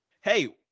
hey